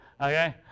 Okay